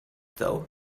though